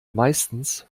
meistens